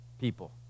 people